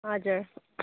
हजुर